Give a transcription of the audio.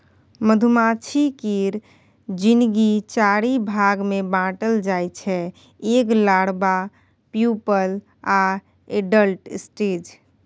मधुमाछी केर जिनगी चारि भाग मे बाँटल जाइ छै एग, लारबा, प्युपल आ एडल्ट स्टेज